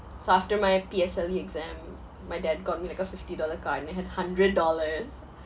so after my P_S_L_E exam my dad got me like a fifty dollar card and it had hundred dollars